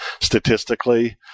statistically